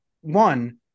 one